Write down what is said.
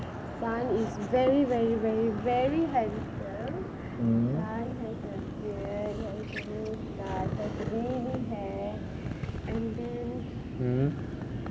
sun is very very very very handsome sun has a beard he has really hair and then